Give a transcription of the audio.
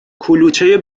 کلوچه